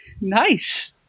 Nice